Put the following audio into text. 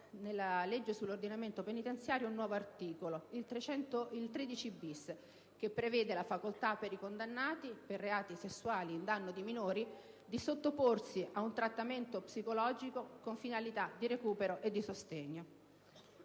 nella legge sull'ordinamento penitenziario di un nuovo articolo, il 13-*bis,* che prevede la facoltà per i condannati per reati sessuali in danno di minori di sottoporsi a un trattamento psicologico con finalità di recupero e di sostegno.